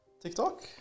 TikTok